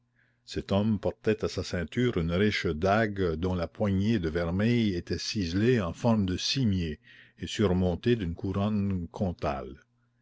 cet homme portait à sa ceinture une riche dague dont la poignée de vermeil était ciselée en forme de cimier et surmontée d'une couronne comtale